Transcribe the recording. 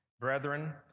Brethren